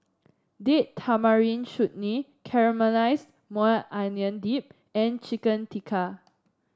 Date Tamarind Chutney Caramelized Maui Onion Dip and Chicken Tikka